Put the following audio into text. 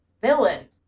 villain